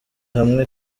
hamwe